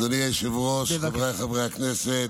אדוני היושב-ראש, חבריי חברי הכנסת,